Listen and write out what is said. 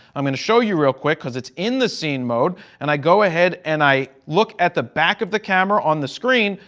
i'm going to show you real quick because it's in the scene mode and i go ahead and i look at the back of the camera on the screen,